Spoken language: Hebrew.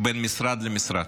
בין משרד למשרד.